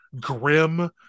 grim